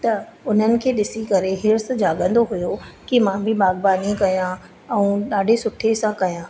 त उन्हनि खे ॾिसी करे हिर्सु जाॻंदो हुयो की मां बि बाग़बानी कयां ऐं ॾाढे सुठे सां कयां